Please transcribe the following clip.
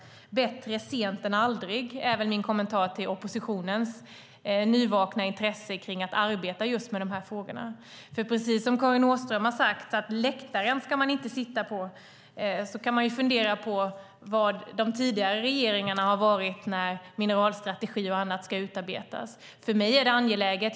Bättre sent än aldrig är väl min kommentar till oppositionens nyvakna intresse till att arbeta med dessa frågor. Karin Åström har sagt att man inte ska sitta på läktaren. Då kan vi fundera över var de tidigare regeringarna har varit när mineralstrategi och annat skulle utarbetas. För mig är det angeläget.